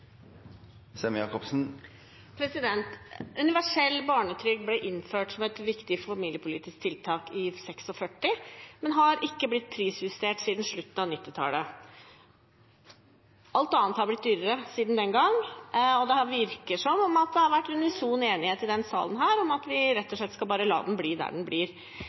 Universell barnetrygd ble innført som et viktig familiepolitisk tiltak i 1946, men har ikke blitt prisjustert siden slutten av 1990-tallet. Alt annet har blitt dyrere siden den gangen, og det virker som om det har vært unison enighet i denne salen om at vi rett og slett bare skal la den bli der den